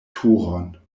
turon